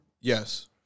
Yes